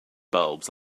bulbs